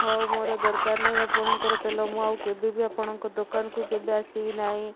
ହଉ ମୋର ଦରକାର ନାହିଁ ଆପଣଙ୍କର ତେଲ ମୁଁ ଆଉ କେବେବି ଆପଣଙ୍କ ଦୋକାନକୁ କେବେ ଆସିବି ନାହିଁ